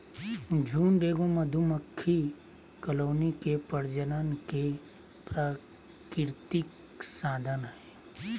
झुंड एगो मधुमक्खी कॉलोनी के प्रजनन के प्राकृतिक साधन हइ